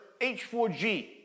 H4G